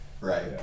Right